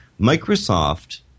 Microsoft